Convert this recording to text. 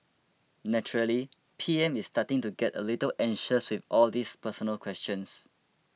naturally P M is starting to get a little anxious with all these personal questions